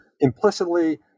implicitly